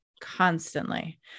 constantly